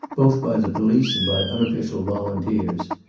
both by the police and by unofficial volunteers.